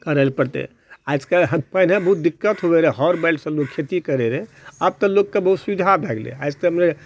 करए लए पड़तै आज कल्हि पहिले बहुत दिक्कत होबे रहए हर बैलसँ खेती करे रहै आब तऽ लोगके बहुत सुविधा भए गेलै आज तऽ मने